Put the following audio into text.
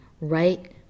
right